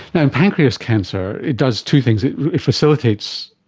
and pancreas cancer, it does two things, it facilitates,